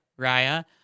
Raya